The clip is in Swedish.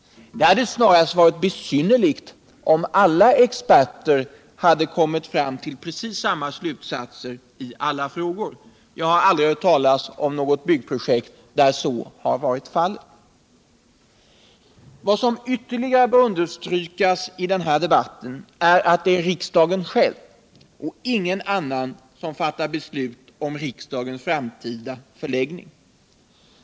Detta är knappast märkligt — det är naturligt när det gäller ett projekt av denna karaktär och omfattning. Det hade snarast varit besynnerligt om alla experter hade kommit fram till precis samma slutsatser i alla frågor. Jag har aldrig hört talas om något byggprojekt där så varit fallet. Vad som ytterligare bör understrykas i denna debatt är att det är riksdagen själv och ingen annan som fattar beslut om riksdagens framtida förläggning.